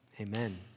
Amen